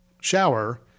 shower